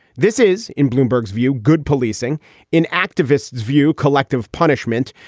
this is, in bloomberg's view, good policing in activists view collective punishment,